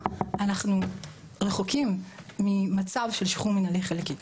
אנחנו רחוקים ממצב של שחרור מינהלי חלקי.